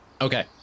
Okay